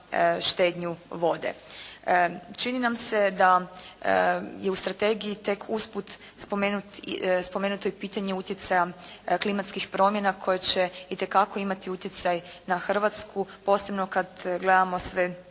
štednju vode. Čini nam se da je u strategiji tek usput spomenuto i pitanje utjecaja klimatskih promjena koje će itekako imati utjecaj na Hrvatsku posebno kad gledamo sve